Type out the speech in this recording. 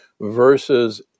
versus